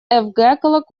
колокольчиков